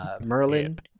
Merlin